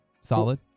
Solid